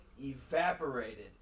evaporated